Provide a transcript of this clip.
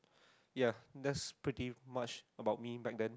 ya that's pretty much about me pardon